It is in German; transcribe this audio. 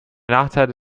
nachteile